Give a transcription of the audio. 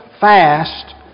fast